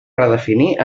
redefinir